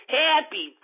happy